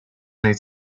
need